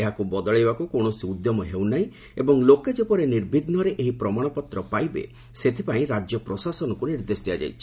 ଏହାକୁ ବଦଳାଇବାକୁ କୌଶସି ଉଦ୍ୟମ ହେଉ ନାହିଁ ଏବଂ ଲୋକେ ଯେପରି ନିର୍ବିଘ୍ବରେ ଏହି ପ୍ରମାଶପତ୍ର ପାଇବେ ସେଥିପାଇଁ ରାଜ୍ୟ ପ୍ରସାଶନକୁ ନିର୍ଦ୍ଦେଶ ଦିଆଯାଇଛି